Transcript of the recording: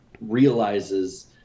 realizes